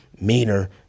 meaner